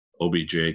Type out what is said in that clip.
OBJ